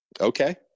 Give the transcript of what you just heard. Okay